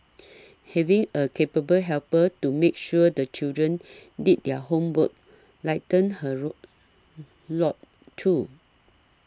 having a capable helper to make sure the children did their homework lightened her rock lord too